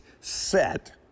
set